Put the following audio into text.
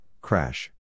crash